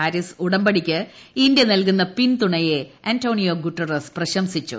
Paris ഉടമ്പടിക്ക് India നൽകുന്ന പിന്തുണയെ അന്റോണിയോ ഗുട്ടറസ് പ്രശംസിച്ചു